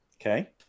Okay